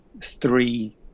three